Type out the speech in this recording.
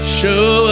show